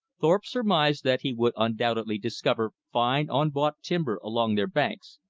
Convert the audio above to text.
thorpe surmised that he would undoubtedly discover fine unbought timber along their banks,